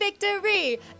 victory